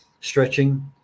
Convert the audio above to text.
Stretching